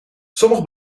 sommige